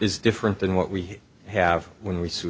is different than what we have when we s